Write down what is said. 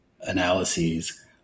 analyses